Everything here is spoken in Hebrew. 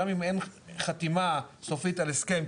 גם אם אין חתימה סופית על הסכם,